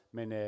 Men